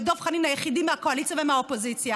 חבר הכנסת פולקמן, בבקשה,